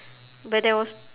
but there was